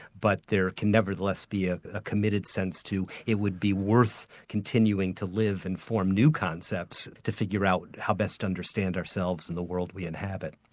but there can nevertheless be a ah committed sense to, it would be worth continuing to live and form new concepts to figure out how best to understand ourselves and the world we inhabit.